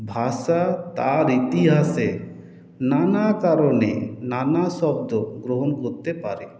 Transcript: ভাষা তার ইতিহাসে নানা কারণে নানা শব্দ গ্রহণ করতে পারে